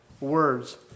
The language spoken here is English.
words